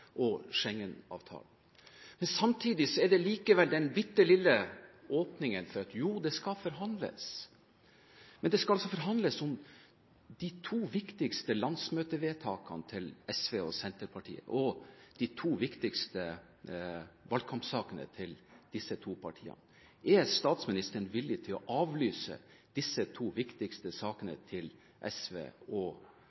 Samtidig er det likevel den bitte lille åpningen for at jo, det skal forhandles. Det skal altså forhandles om de to viktigste landsmøtevedtakene til SV og Senterpartiet og de to viktigste valgkampsakene til disse to partiene. Er statsministeren villig til å avlyse de to viktigste sakene